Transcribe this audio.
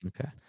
Okay